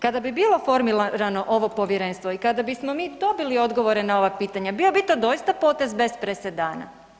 Kada bi bilo formirano ovo povjerenstvo i kada bismo mi dobili odgovore na ova pitanja bio bi to doista potez bez presedana?